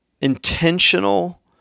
intentional